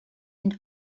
and